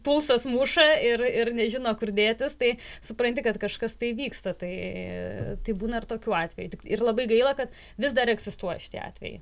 pulsas muša ir ir nežino kur dėtis tai supranti kad kažkas tai vyksta tai taip būna ir tokių atvejų tik labai gaila kad vis dar egzistuoja šitie atvejai